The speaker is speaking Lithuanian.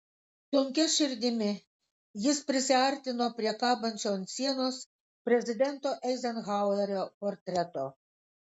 sunkia širdimi jis prisiartino prie kabančio ant sienos prezidento eizenhauerio portreto